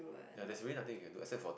ya there's way nothing you can do except for